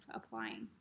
applying